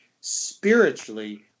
spiritually